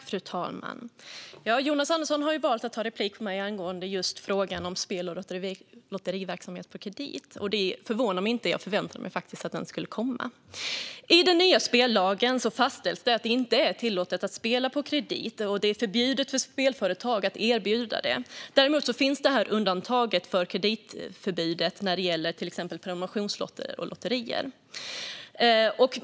Fru talman! Jonas Andersson har valt att begära replik på mitt anförande angående spel och lotteriverksamhet på kredit. Det förvånar mig inte; jag förväntade mig faktiskt att den frågan skulle komma. I den nya spellagen fastställs det att det inte är tillåtet att spela på kredit. Det är förbjudet för spelföretag att erbjuda det. Däremot finns det undantag från kreditförbudet när det gäller till exempel prenumerationslotter och lotterier.